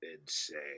insane